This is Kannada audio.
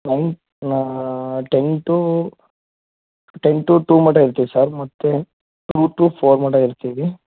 nine ten to ten to two ಮಟ್ಟಗೆ ಇರ್ತೀವಿ ಸರ್ ಮತ್ತು ಟೂ ಟು ಫೋರ್ ಮಟ್ಟಗೆ ಇರ್ತೀವಿ